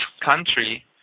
country